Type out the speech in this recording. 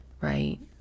Right